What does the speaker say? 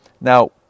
Now